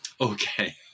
Okay